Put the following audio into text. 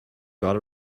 got